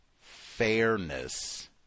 Fairness